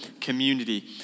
community